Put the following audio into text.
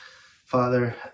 Father